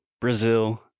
Brazil